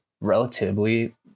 relatively